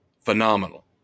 phenomenal